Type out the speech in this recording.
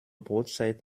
brotzeit